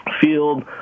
field